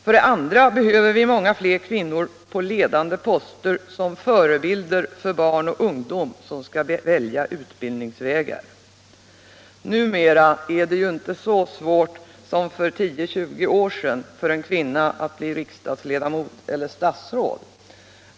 För det andra behöver vi många fler kvinnor på ledande poster som förebilder för barn och ungdom som skall välja utbildningsvägar. Numera är det ju inte fullt så svårt för en kvinna som för 10-20 år sedan att bli riksdagstedamot ellter statsråd.